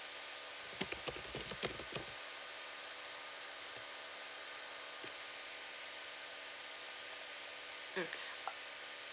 mm